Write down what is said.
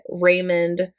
Raymond